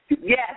Yes